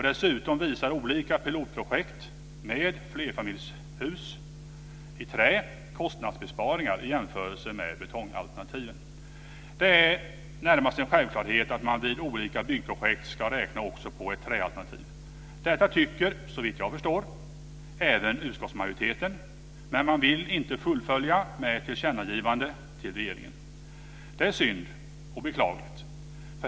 Dessutom visar olika pilotprojekt med flerfamiljshus i trä på kostnadsbesparingar i jämförelse med betongalternativen. Det är närmast en självklarhet att man vid olika byggprojekt ska räkna också på ett träalternativ. Detta tycker, såvitt jag förstår, även utskottsmajoriteten, men man vill inte fullfölja med ett tillkännagivande till regeringen. Det är synd och beklagligt.